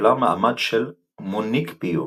קיבלה מעמד של מוניקיפיום